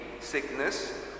sickness